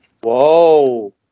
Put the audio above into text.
Whoa